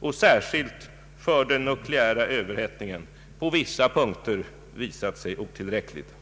och särskilt för den nukleära överhettningen på vissa punkter visat sig otillräckligt.